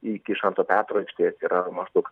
iki švento petro aikštės yra maždaug